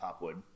Popwood